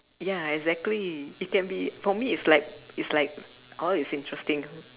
ya exactly it can be for me it's like it's like all is interesting